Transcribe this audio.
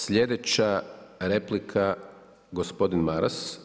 Slijedeća replika gospodin Maras.